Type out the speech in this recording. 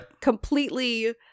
completely